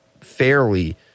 fairly –